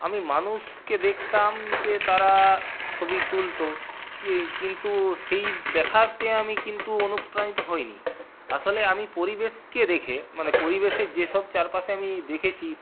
আমি মানুষকে দেখতাম যে তারা ছবি তুলতো কিন্তু সেই দেখাতে আমি কিন্তু অনুপ্রাণিত হইনি আসলে আমি পরিবেশকে দেখে মানে পরিবেশের যেসব চারপাশে আমি দেখেছি